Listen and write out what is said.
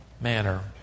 manner